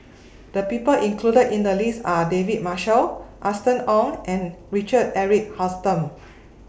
The People included in The list Are David Marshall Austen Ong and Richard Eric Holttum